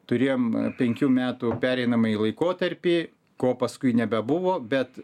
turėjom penkių metų pereinamąjį laikotarpį ko paskui nebebuvo bet